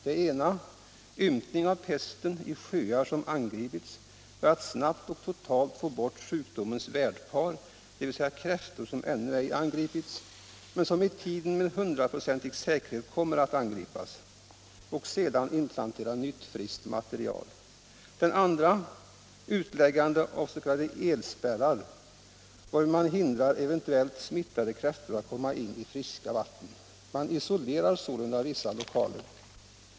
Den ena är ympning av pesten i sjöar, som angripits, för att snabbt och totalt få bort sjukdomens ”värddjur”, dvs. kräftor som ännu ej angripits men som med tiden med hun hetsområde draprocentig säkerhet kommer att angripas, och sedan inplantera nytt friskt material. Den andra metoden innebär utläggande av s.k. elspärrar, varvid man hindrar eventuellt smittade kräftor att komma in i friska vatten. Man isolerar sålunda vissa lokaler.